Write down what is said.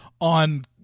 on